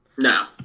No